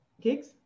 gigs